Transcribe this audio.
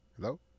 Hello